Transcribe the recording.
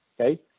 Okay